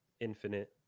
infinite